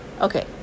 Okay